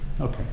okay